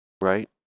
right